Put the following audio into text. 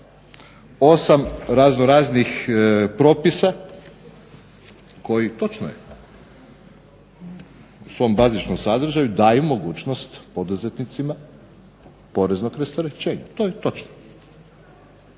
8 razno-raznih propisa, koji točno je u svom bazičnom sadržaju daju mogućnost poduzetnicima porezno rasterećenje, to je točno.